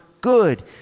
good